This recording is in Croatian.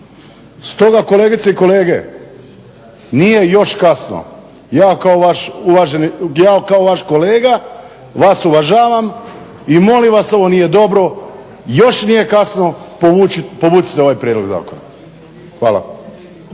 Stoga kolegice i kolege, nije još kasno ja kao vaš kolega, vas uvažavam i molim vas ovo nije dobro, još nije kasno povucite ovaj Prijedlog zakona. Hvala.